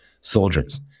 soldiers